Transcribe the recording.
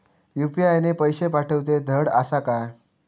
UPI ने पैशे पाठवूचे धड आसा काय?